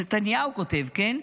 נתניהו כותב, כן,